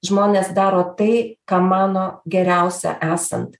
žmonės daro tai ką mano geriausia esant